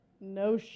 no